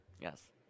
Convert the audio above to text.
yes